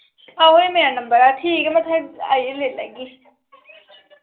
आहो एह् मेरा नंबर ऐ ठीक ऐ में तुसें आइयै लेई लैगी